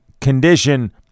condition